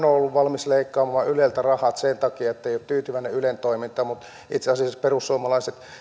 on ollut valmis leikkaamaan yleltä rahat sen takia ettei ole tyytyväinen ylen toimintaan mutta itse asiassa perussuomalaiset